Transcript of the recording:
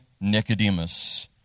Nicodemus